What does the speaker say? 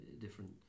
different